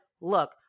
look